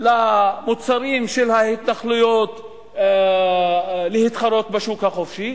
למוצרים של ההתנחלויות להתחרות בשוק החופשי.